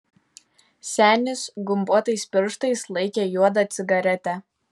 senis gumbuotais pirštais laikė juodą cigaretę